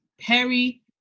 Perry